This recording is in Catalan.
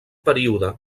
període